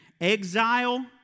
Exile